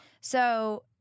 So-